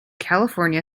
california